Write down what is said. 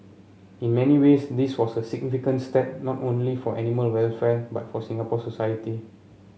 in many ways this was a significant step not only for animal welfare but for Singapore society